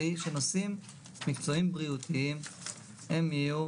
והיא שנושאים מקצועיים בריאותיים יהיו